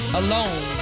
alone